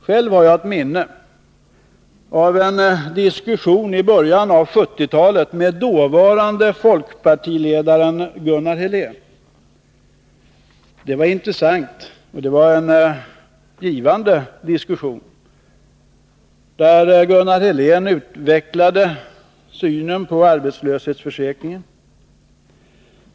Själv har jag ett minne av en diskussion i början av 1970-talet med dåvarande folkpartiledaren Gunnar Helén. Det var en intressant och givande diskus sion, där Gunnar Helén utvecklade synen på arbetslöshetsförsäkringen.